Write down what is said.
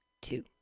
Two